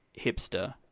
hipster